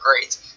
great